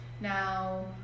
now